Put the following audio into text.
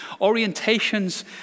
orientations